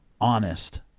honest